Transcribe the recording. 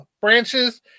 branches